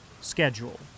Schedule